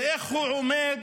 ואיך הוא עומד